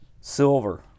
silver